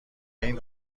این